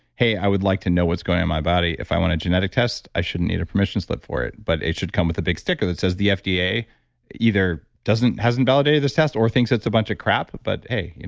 hey, i would like to know what's going on my body, if i want a genetic test, i shouldn't need a permission slip for it. but it should come with a big sticker that says, the fda either doesn't. hasn't validated this test or thinks it's a bunch of crap, but hey, you know